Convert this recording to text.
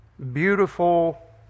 beautiful